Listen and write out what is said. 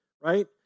right